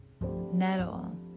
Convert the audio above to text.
nettle